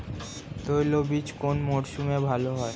তৈলবীজ কোন মরশুমে ভাল হয়?